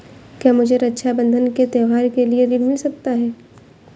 क्या मुझे रक्षाबंधन के त्योहार के लिए ऋण मिल सकता है?